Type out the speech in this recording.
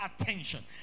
attention